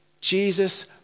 Jesus